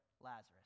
Lazarus